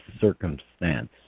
circumstance